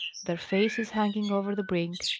their faces hanging over the brink.